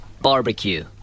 barbecue